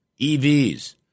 EVs